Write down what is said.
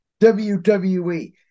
WWE